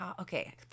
Okay